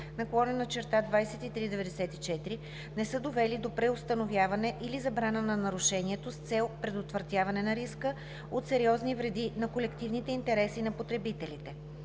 (ЕС) 2017/2394, не са довели до преустановяване или забрана на нарушението с цел предотвратяване на риска от сериозни вреди на колективните интереси на потребителите.